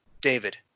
David